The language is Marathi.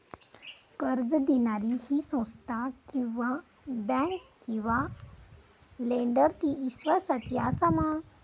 कर्ज दिणारी ही संस्था किवा बँक किवा लेंडर ती इस्वासाची आसा मा?